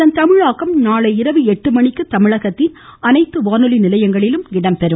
இதன் தமிழாக்கம் நாளை இரவு எட்டு மணிக்கு தமிழகத்தின் அனைத்து வானொலி நிலையங்களிலும் இடம்பெறும்